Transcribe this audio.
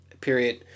period